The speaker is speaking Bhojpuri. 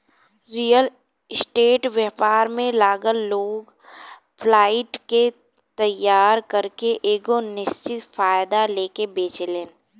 रियल स्टेट व्यापार में लागल लोग फ्लाइट के तइयार करके एगो निश्चित फायदा लेके बेचेलेन